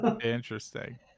Interesting